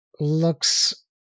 looks